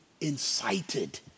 incited